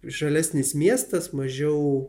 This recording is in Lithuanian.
žalesnis miestas mažiau